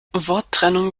worttrennung